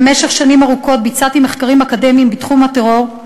במשך שנים ארוכות ביצעתי מחקרים אקדמיים בתחום הטרור,